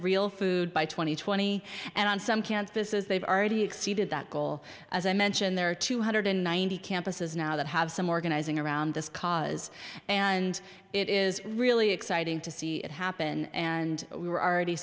real food by two thousand and twenty and on some cans this is they've already exceeded that goal as i mentioned there are two hundred ninety campuses now that have some organizing around this cause and it is really exciting to see it happen and we were already